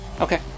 okay